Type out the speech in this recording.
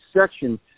section